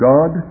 God